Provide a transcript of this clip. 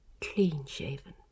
clean-shaven